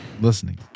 Listening